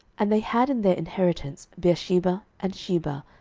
and they had in their inheritance beersheba, and sheba,